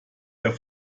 der